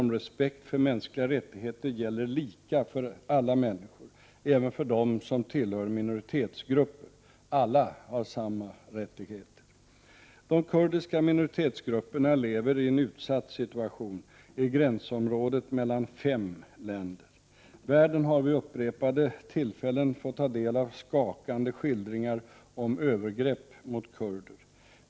Låt mig återigen slå fast att reglerna om respekt för mänskliga rättigheter gäller lika för alla människor, även för dem som tillhör minoritetsgrupper. Alla har samma rättigheter. De kurdiska minoritetsgrupperna lever i en utsatt situation i gränsområdet mellan fem länder. Världen har vid upprepade tillfällen fått ta del av skakande skildringar om övergrepp mot kurder.